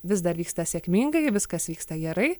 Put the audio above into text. vis dar vyksta sėkmingai viskas vyksta gerai